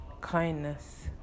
kindness